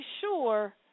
sure